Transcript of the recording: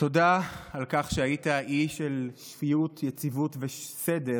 תודה על כך שהיית אי של שפיות, יציבות וסדר